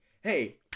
hey